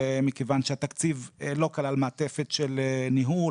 מכיוון שהתקציב לא כלל מעטפת של ניהול,